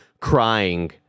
Crying